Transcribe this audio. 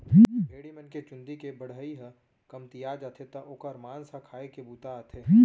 भेड़ी मन के चूंदी के बढ़ई ह कमतिया जाथे त ओकर मांस ह खाए के बूता आथे